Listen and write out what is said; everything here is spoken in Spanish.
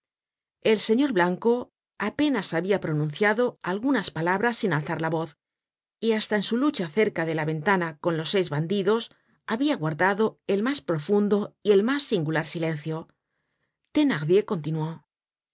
el señor blanco apenas habia pronunciado algunas palabras sin alzar la voz y hasta en su lucha cerca de la ventana con los seis bandidos habia guardado el mas profundo y el mas singular silencio thenardier continuó